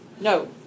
No